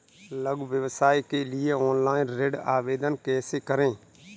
लघु व्यवसाय के लिए ऑनलाइन ऋण आवेदन कैसे करें?